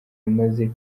yamaze